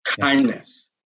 kindness